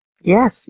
Yes